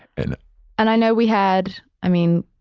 and and i know we had, i mean,